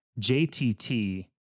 JTT